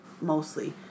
mostly